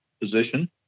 position